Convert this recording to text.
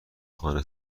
خانه